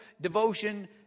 devotion